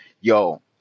yo